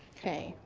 okay,